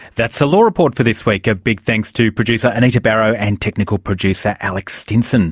that's the law report for this week, a big thanks to producer anita barraud and technical producer alex stinson